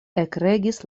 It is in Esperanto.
ekregis